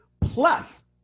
Plus